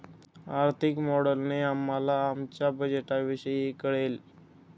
आर्थिक मॉडेलने आम्हाला आमच्या बजेटविषयी कळेल